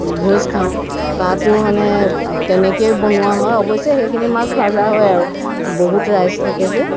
ভোজ খাওঁ তাতো মানে তেনেকৈয়ে বনোৱা হয় অৱশ্যে সেইখিনি মাছ ভজা হয় আৰু বহুত ৰাইজ থাকে যে